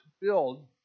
build